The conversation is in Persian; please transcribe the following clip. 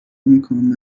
میکنم